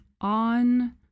On